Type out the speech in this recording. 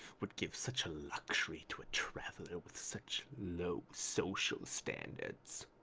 would give such luxury to a traveler with such, low, social standards.